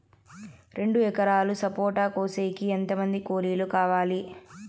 రెండు ఎకరాలు సపోట కోసేకి ఎంత మంది కూలీలు కావాలి?